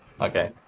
Okay